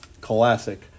Classic